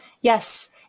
Yes